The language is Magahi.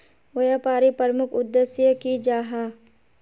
व्यापारी प्रमुख उद्देश्य की जाहा?